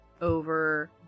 over